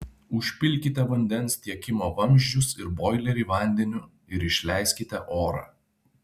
užpildykite vandens tiekimo vamzdžius ir boilerį vandeniu ir išleiskite orą